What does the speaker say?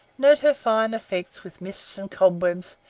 note her fine effects with mists and cobwebs,